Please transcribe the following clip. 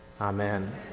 Amen